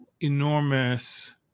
enormous